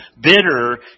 bitter